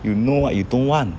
you know what you don't want